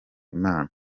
imana